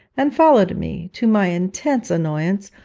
and followed me, to my intense annoyance,